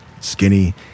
skinny